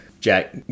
Jack